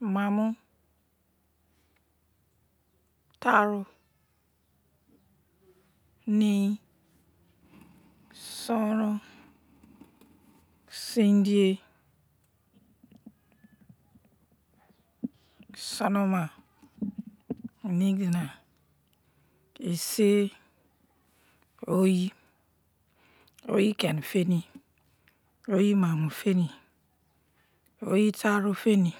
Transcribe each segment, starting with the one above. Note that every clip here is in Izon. Mamu, taru, nein, soron, seindei, sonoma, nigina, ese, oyi, oyikeni feni, oyimamufini, oyitarufini,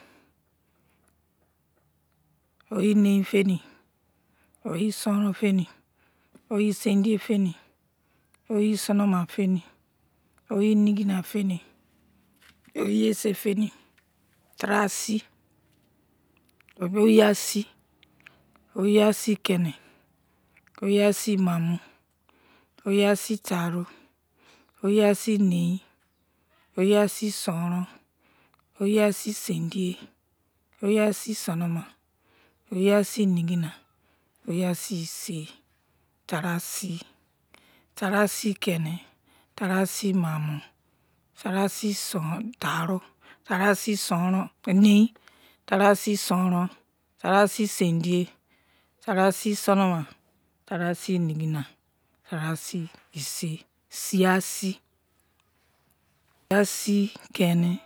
oyi nein fini, oyisoronfini, oyi seindei fini, oyi sonoma fini, oyi nigina fini, oyi ese fini, tarausi, oyi asi, oyi asi mo keni, oyi asi mamu, oyi asi taru, oyi asi nein, oyi asi soron, oyi asi seindei, oyi asi sonoma oyi asi nigina, oyi asi ese, tarausi, tarausi keni, tarausi mamu tarausi taru, tarausi nein, tarausi soron, tarausi nigina, tarausi ese, siyasi siyasi keni